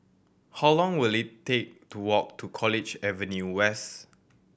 how long will it take to walk to College Avenue West